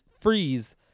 freeze